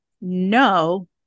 no